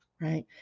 right